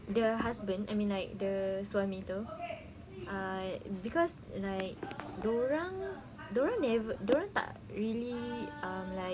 the husband I mean like the suami tu ah cause like dorang dorang never dorang tak really um like